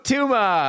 Tuma